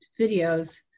videos